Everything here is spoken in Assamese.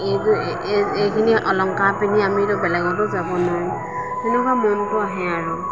এইখিনি অলংকাৰ পিন্ধি আমি বেলেগততো যাব নোৱাৰিম সেনেকুৱা মনটো আহে আৰু